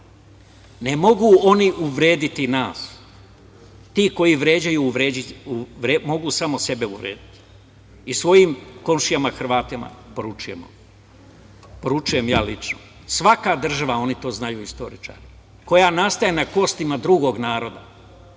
Ne mogu oni uvrediti nas, ti koji vređaju mogu samo sebe uvrediti. I svojim komšijama Hrvatima poručujemo, poručujem ja lično – svaka država, oni to znaju istoričari, koja nastaje na kostima drugog naroda